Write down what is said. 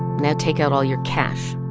now take out all your cash.